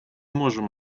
можем